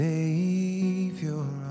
Savior